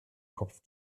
kopf